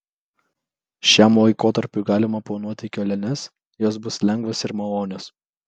šiam laikotarpiui galima planuoti keliones jos bus lengvos ir malonios